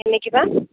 என்னைக்கி ma'am